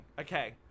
Okay